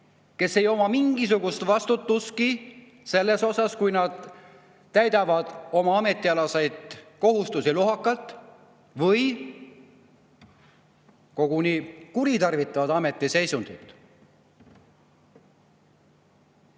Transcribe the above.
kes ei oma mingisugust vastutust, kui nad täidavad oma ametialaseid kohustusi lohakalt või koguni kuritarvitavad ametiseisundit.